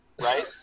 Right